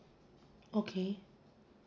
okay